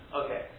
okay